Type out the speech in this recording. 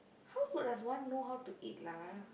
how could does one know how to eat lah